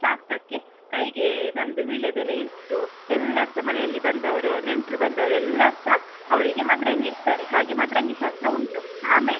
ಶಾಸ್ತ್ರಕ್ಕೆ ಕೈಗೆ ನಮ್ಮದು ವೀಳ್ಯದೆಲೆ ಇಟ್ಟು ಎಲ್ಲರು ಸಹ ಮನೆಯಲ್ಲಿ ಬಂದವರು ನೆಂಟರು ಬಂದವರು ಎಲ್ಲರು ಸಹ ಅವರಿಗೆ ಮದರಂಗಿ ಇಡ್ತಾರೆ ಹಾಗೆ ಮದರಂಗಿ ಶಾಸ್ತ್ರ ಉಂಟು ಆಮೇಲೆ